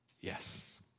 Yes